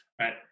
right